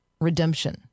redemption